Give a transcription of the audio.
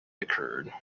occurred